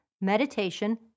meditation